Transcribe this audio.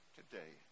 today